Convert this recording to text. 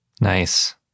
Nice